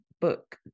book